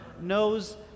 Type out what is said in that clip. knows